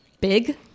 big